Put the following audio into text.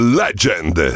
legend